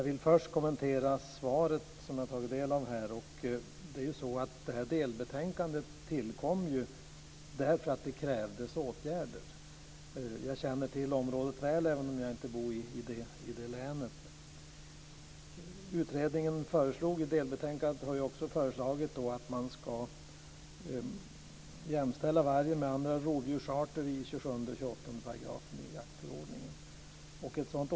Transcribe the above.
Fru talman! Jag vill först kommentera svaret. Delbetänkandet tillkom därför att det krävdes åtgärder. Även om jag inte bor i det länet känner jag till området väl. I delbetänkandet har man föreslagit att man ska jämställa vargen med andra rovdjursarter i enlighet med § 27 och § 28 i jaktförordningen.